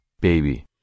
baby